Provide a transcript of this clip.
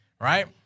Right